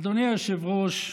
אדוני היושב-ראש,